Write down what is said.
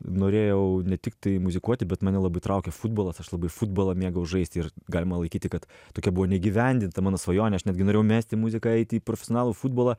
norėjau ne tiktai muzikuoti bet mane labai traukė futbolas aš labai futbolą mėgau žaisti ir galima laikyti kad tokia buvo neįgyvendinta mano svajonės aš netgi norėjau mesti muziką eiti į profesionalų futbolą